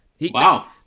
Wow